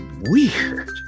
weird